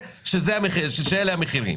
את ההשפעה שלהם על התעשייה.